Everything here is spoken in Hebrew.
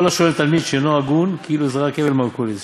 כל השונה לתלמיד שאינו הגון כאילו זרק אבן למרקוליס,